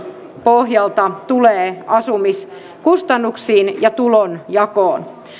pohjalta tulee asumiskustannuksiin ja tulonjakoon